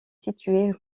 située